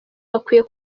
bakwiye